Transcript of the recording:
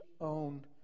own